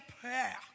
prayer